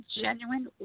genuine